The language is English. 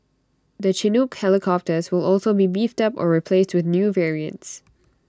the Chinook helicopters will also be beefed up or replaced with new variants